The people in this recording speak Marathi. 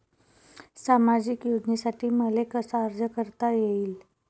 सामाजिक योजनेसाठी मले कसा अर्ज करता येईन?